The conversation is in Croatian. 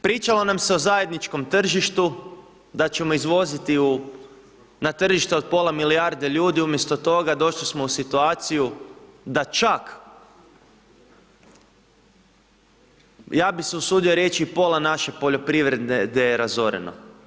Pričalo nam se o zajedničkom tržištu, da ćemo izvoziti u, na tržište od pola milijarde ljudi, umjesto toga došli smo u situaciju da čak, ja bih se usudio reći i pola naše poljoprivrede da je razoreno.